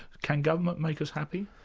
can government make us happy?